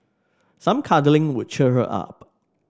some cuddling would cheer her up